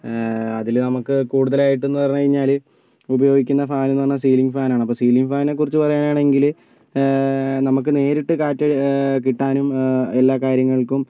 അതിൽ നമുക്ക് കൂടുതലായിട്ടും എന്ന് പറഞ്ഞ് കഴിഞ്ഞാൽ ഉപയോഗിക്കുന്ന ഫാൻ എന്ന് പറഞ്ഞാൽ സീലിംഗ് ഫാനാണ് അപ്പം സീലിംഗ് ഫാനിനെ കുറിച്ച് പറയാനാണെങ്കിൽ നമുക്ക് നേരിട്ട് കാറ്റ് കിട്ടാനും എല്ലാ കാര്യങ്ങൾക്കും